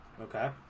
Okay